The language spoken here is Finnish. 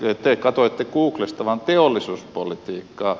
te katsoitte googlesta vain teollisuuspolitiikkaa